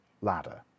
ladder